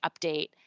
update